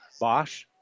Bosch